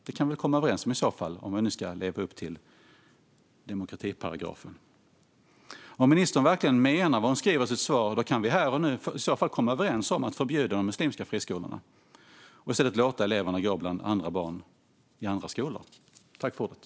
Det kan vi väl i så fall komma överens om, om vi nu ska leva upp till demokratiparagrafen. Om ministern verkligen menar vad hon säger i sitt svar kan vi här och nu komma överens om att förbjuda de muslimska friskolorna och i stället låta eleverna gå i andra skolor bland andra barn.